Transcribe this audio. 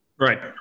Right